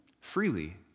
Freely